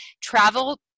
Travel